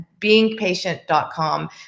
beingpatient.com